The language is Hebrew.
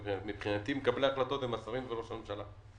מבחינתי, מקבלתי ההחלטות הם השרים וראש הממשלה.